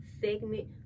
segment